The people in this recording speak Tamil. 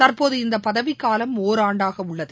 தற்போது இந்த பதவிக்காலம் ஒராண்டாக உள்ளது